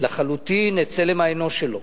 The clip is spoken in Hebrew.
לחלוטין את צלם האנוש שלו,